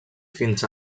fins